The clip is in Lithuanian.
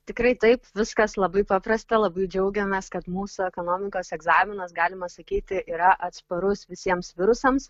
tikrai taip viskas labai paprasta labai džiaugiamės kad mūsų ekonomikos egzaminas galima sakyti yra atsparus visiems virusams